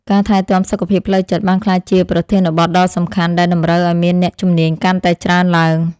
ការថែទាំសុខភាពផ្លូវចិត្តបានក្លាយជាប្រធានបទដ៏សំខាន់ដែលតម្រូវឱ្យមានអ្នកជំនាញកាន់តែច្រើនឡើង។